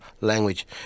language